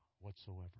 whatsoever